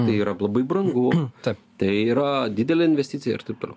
tai yra labai brangu ta tai yra didelė investicija ir taip toliau